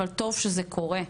אבל טוב שזה קורה.